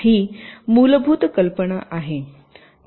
ही मूलभूत कल्पना आहे